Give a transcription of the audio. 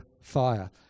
fire